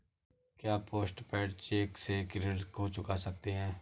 क्या postpaid cheque से ऋण को चुका सकते हैं?